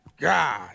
God